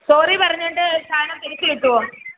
sorry പറഞ്ഞിട്ട് സാധനം തിരിച്ചുകിട്ടുമോ